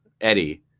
Eddie